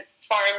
farm